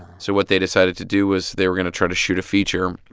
so what they decided to do was they were going to try to shoot a feature.